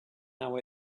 how